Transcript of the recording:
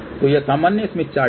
तो यह सामान्य स्मिथ चार्ट है